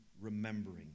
remembering